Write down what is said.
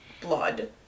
Blood